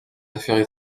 affaires